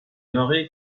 emery